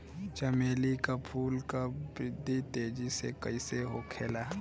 चमेली क फूल क वृद्धि तेजी से कईसे होखेला?